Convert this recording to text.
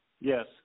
Yes